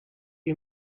you